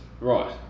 Right